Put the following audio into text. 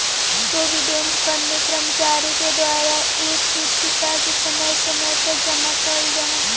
provident fund में कर्मचारि के द्वारा एक निश्चित राशि समय समय पर जमा कैल जा हई